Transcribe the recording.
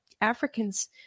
Africans